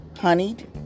honeyed